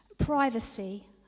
privacy